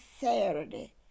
Saturday